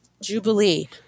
Jubilee